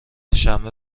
شنبه